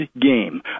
game